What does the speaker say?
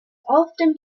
often